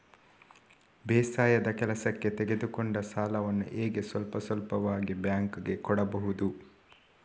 ಬೇಸಾಯದ ಕೆಲಸಕ್ಕೆ ತೆಗೆದುಕೊಂಡ ಸಾಲವನ್ನು ಹೇಗೆ ಸ್ವಲ್ಪ ಸ್ವಲ್ಪವಾಗಿ ಬ್ಯಾಂಕ್ ಗೆ ಕೊಡಬಹುದು?